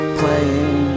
playing